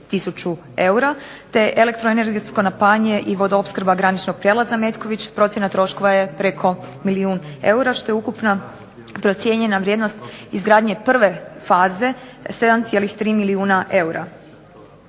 te elektroenergetsko napajanje i vodoopskrba graničnog prijelaza Metković procjena troškova je preko milijun eura što je ukupna procijenjena vrijednost izgradnje prve faze 7,3 milijuna eura.